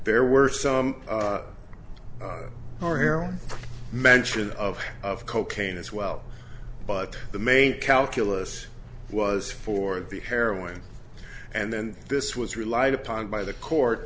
there were some are on mention of of cocaine as well but the main calculus was for the heroin and then this was relied upon by the court